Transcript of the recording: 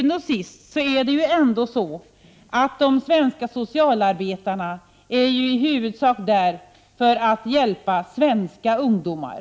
Till syvende och sist befinner sig de svenska socialarbetarna i Köpenhamn för att i huvudsak hjälpa svenska ungdomar.